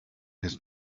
his